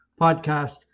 Podcast